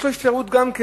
יש לו גם אפשרות להתדיין